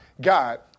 God